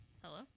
Hello